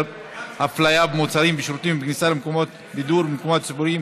הפליה במוצרים בשירותים ובכניסה למקומות בידור ולמקומות ציבוריים,